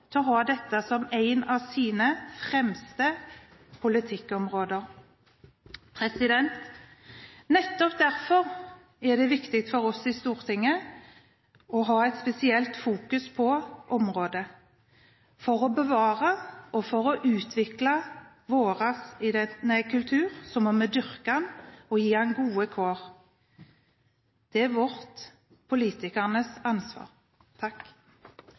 til å ha dette som en av sine fremste politikkområder. Nettopp derfor er det viktig for oss i Stortinget å ha et spesielt fokus på området. For å bevare og for å utvikle vår kultur må vi dyrke den og gi den gode kår. Det er vårt, politikernes, ansvar.